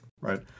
right